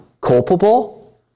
Culpable